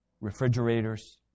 refrigerators